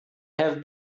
have